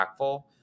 impactful